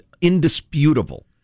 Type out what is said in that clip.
indisputable